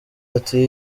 ati